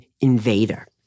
invader